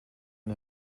and